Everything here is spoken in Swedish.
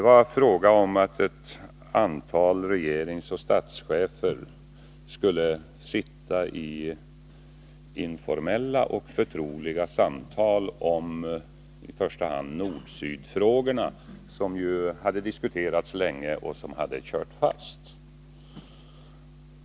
Vad det gällde var att ett antal regeringsoch statschefer skulle sitta i informella och förtroliga samtal om i första hand nord-sydfrågorna, som hade diskuterats länge men där man kört fast.